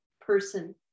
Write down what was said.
person